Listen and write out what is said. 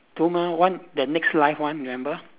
to mer~ one the next life one remember